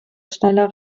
schneller